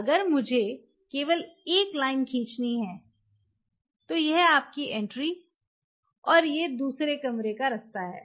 अगर मुझे केवल एक लाइन खींचनी है तो यह आपकी एन्ट्री और दूसरे कमरे का रास्ता है